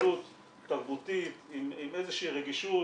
הסתכלות תרבותית עם איזושהי רגישות,